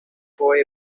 boy